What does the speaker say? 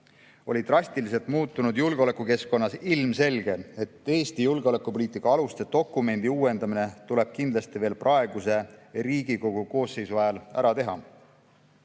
oli drastiliselt muutunud julgeolekukeskkonnas ilmselge, et Eesti julgeolekupoliitika aluste dokumendi uuendamine tuleb kindlasti veel praeguse Riigikogu koosseisu ajal ära teha.